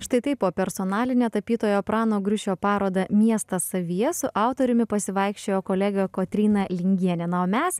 štai taip po personalinę tapytojo prano griušio parodą miestas savyje su autoriumi pasivaikščiojo kolegė kotryna lingienė na o mes